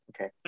okay